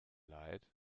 leid